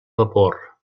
vapor